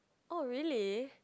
oh really